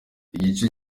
igice